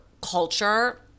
culture